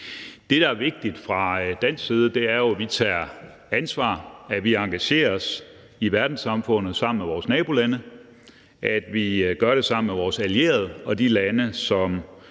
Det, der er vigtigt fra dansk side, er jo, at vi tager ansvar, at vi engagerer os i verdenssamfundet sammen med vores nabolande, og at vi gør det sammen med vores allierede og de lande,